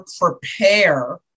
prepare